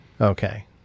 okay